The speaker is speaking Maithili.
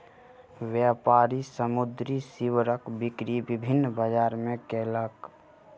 व्यापारी समुद्री सीवरक बिक्री विभिन्न बजार मे कयलक